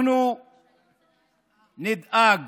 אנחנו נדאג